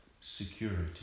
security